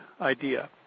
idea